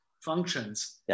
functions